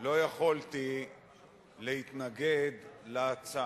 לא יכולתי להתנגד להצעה,